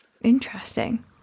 interesting